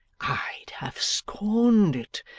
i'd have scorned it,